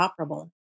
operable